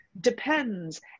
Depends